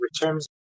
returns